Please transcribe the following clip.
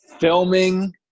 Filming